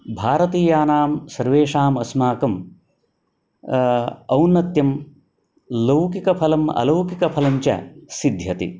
भारतीयानां सर्वेषाम् अस्माकम् औन्नत्यं लौकिकं फलम् अलौकिकं फलं च सिध्यति